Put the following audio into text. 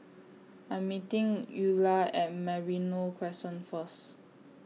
I'm meeting Eulah At Merino Crescent First